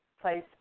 place